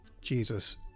Jesus